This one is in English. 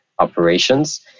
operations